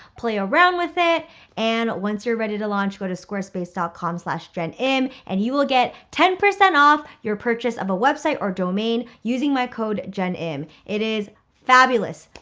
play around with it and once you're ready to launch, go to squarespace dot com slash jennim and you will get ten percent off your purchase of a website or domain using my code jennim. it is fabulous.